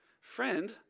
Friend